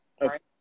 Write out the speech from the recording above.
right